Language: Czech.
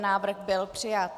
Návrh byl přijat.